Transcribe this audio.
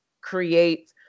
create